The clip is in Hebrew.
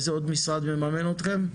איזה עוד משרד מממן אתכם?